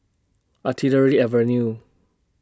Artillery Avenue